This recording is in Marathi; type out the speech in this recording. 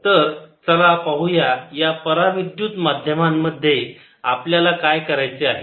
तर चला पाहूया या परा विद्युत माध्यमांमध्ये आपल्याला काय करायचे आहे